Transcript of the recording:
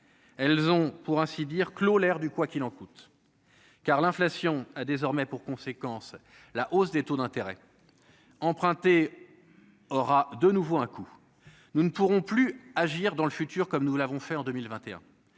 elles ont pour ainsi dire clos l'ère du quoi qu'il en coûte, car l'inflation a désormais pour conséquence la hausse des taux d'intérêt emprunter aura de nouveau un coup nous ne pourront plus agir dans le futur, comme nous l'avons fait en 2021